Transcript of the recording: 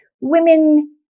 women